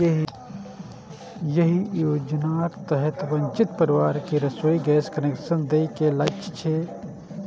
एहि योजनाक तहत वंचित परिवार कें रसोइ गैस कनेक्शन दए के लक्ष्य छै